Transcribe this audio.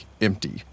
empty